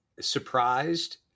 surprised